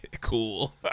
Cool